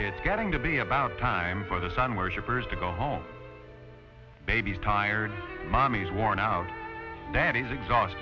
it's getting to be about time for the sun worshippers to go home baby's tired mommy's worn out daddy's exhaust